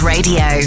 Radio